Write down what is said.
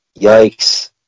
Yikes